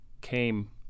came